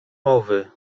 mowy